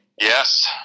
Yes